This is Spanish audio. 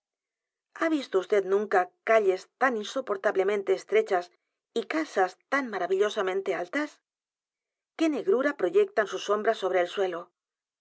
ha visto vd nunca calles tan insoportablemente estrechas y casas tan maravillosamente altas qué negrura proyectan sus sombras sobre el suelo